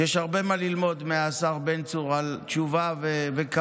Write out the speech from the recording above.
שיש הרבה מה ללמוד מהשר בן צור על תשובה וכבוד